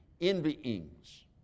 Envyings